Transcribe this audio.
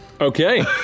Okay